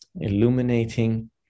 illuminating